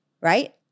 right